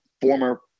former